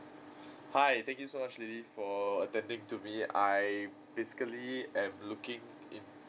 hi thank you so much lily for attending to me I basically am looking into